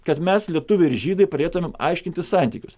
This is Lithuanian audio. kad mes lietuviai ir žydai pradėtumėm aiškintis santykius